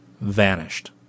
vanished